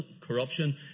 corruption